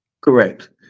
Correct